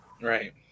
right